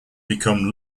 become